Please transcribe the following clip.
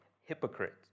hypocrite